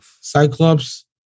Cyclops